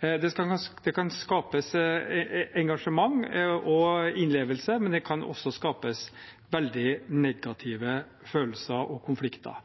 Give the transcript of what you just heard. Det kan skapes engasjement og innlevelse, men det kan også skapes veldig negative følelser og konflikter.